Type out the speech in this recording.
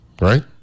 right